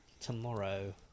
tomorrow